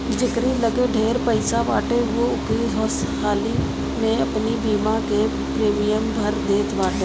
जकेरी लगे ढेर पईसा बाटे उ एके हाली में अपनी बीमा के प्रीमियम भर देत बाटे